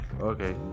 Okay